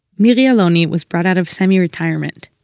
miri aloni was brought out of semi-retirement.